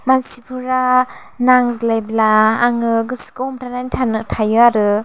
मानसिफोरा नांज्लायब्ला आङो गोसोखौ हमथानानै थानो थायो आरो